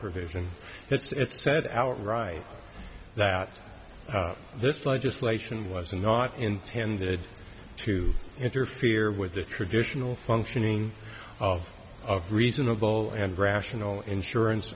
provision it's set out right that this legislation was not intended to interfere with the traditional functioning of of reasonable and rational insurance